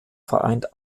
vereint